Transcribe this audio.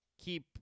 keep